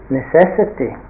necessity